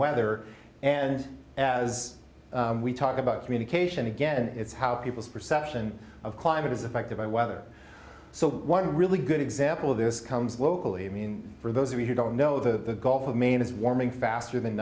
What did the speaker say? weather and as we talk about communication again it's how people's perception of climate is affected by weather so one really good example of this comes locally i mean for those of you who don't know the gulf of maine is warming faster than